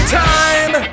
time